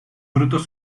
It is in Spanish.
frutos